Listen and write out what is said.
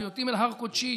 והביאותים אל הר קדשי,